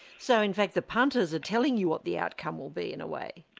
so in fact the punters are telling you what the outcome will be, in a way?